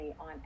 on